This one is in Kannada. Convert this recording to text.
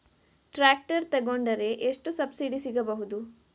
ಟ್ರ್ಯಾಕ್ಟರ್ ತೊಕೊಂಡರೆ ಎಷ್ಟು ಸಬ್ಸಿಡಿ ಸಿಗಬಹುದು?